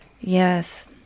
Yes